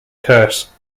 curse